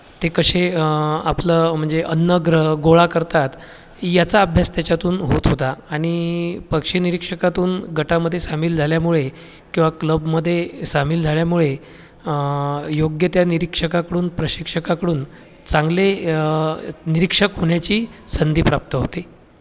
ते कसे आपलं म्हणजे अन्न ग्र गोळा करतात याचा अभ्यास त्याच्यातून होत होता आणि पक्षी निरीक्षकातून गटामध्ये सामील झाल्यामुळे किंवा क्लबमध्ये सामील झाल्यामुळे योग्य त्या निरीक्षकाकडून प्रशिक्षकाकडून चांगले निरीक्षक होण्याची संधी प्राप्त होते